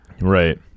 Right